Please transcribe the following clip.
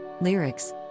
Lyrics